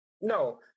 No